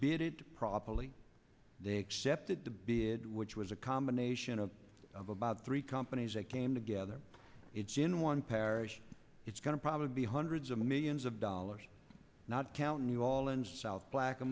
did it properly they accepted the bid which was a combination of about three companies that came together it's in one parish it's going to probably be hundreds of millions of dollars not counting you all in south black